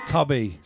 Tubby